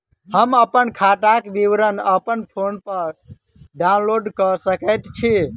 हम अप्पन खाताक विवरण अप्पन फोन पर डाउनलोड कऽ सकैत छी?